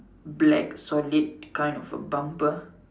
black solid kind of a bumper